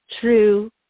true